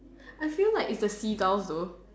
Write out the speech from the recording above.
I feel like it's the seagulls though